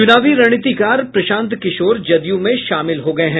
चुनावी रणनीतिकार प्रशांत किशोर जदयू में शामिल हो गये हैं